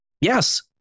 yes